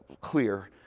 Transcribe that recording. clear